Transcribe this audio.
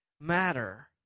matter